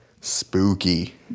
spooky